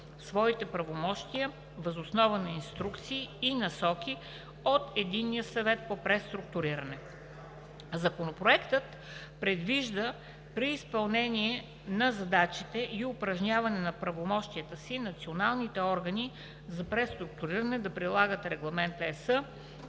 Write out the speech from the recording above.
своите правомощия въз основа на инструкции и насоки от Единния съвет по преструктуриране. Законопроектът предвижда при изпълнение на задачите и упражняване на правомощията си националните органи за преструктуриране да прилагат Регламент (ЕС)